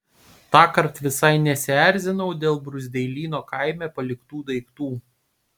tąkart visai nesierzinau dėl bruzdeilyno kaime paliktų daiktų